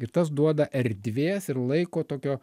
ir tas duoda erdvės ir laiko tokio